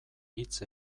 hitz